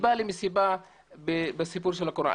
סיבה למסיבה בסיפור של הקורונה.